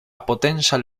potential